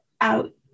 out